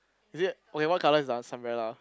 is it okay what colour is the ah sun umbrella